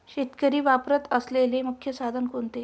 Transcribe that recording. शेतकरी वापरत असलेले मुख्य साधन कोणते?